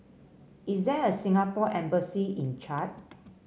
is there a Singapore Embassy in Chad